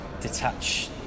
detach